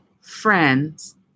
friends